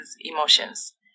emotions